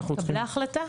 התקבלה החלטה?